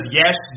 yes